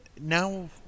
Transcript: Now